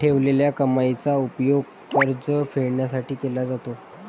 ठेवलेल्या कमाईचा उपयोग कर्ज फेडण्यासाठी केला जातो